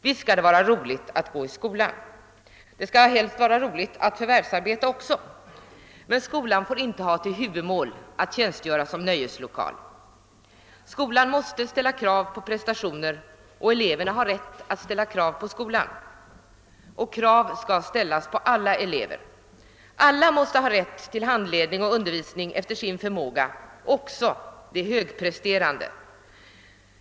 Visst skall det vara roligt att gå i skolan — det bör helst vara roligt att förvärvsarbeta också — men skolan får inte ha till huvudmål att tjänstgöra som nöjeslokal. Skolan måste ställa krav på prestationer, och eleverna har rätt att ställa krav på skolan. Krav skall ställas på alla elever. Alla måste ha rätt till handledning och undervisning efter sin förmåga, också de högpresterande.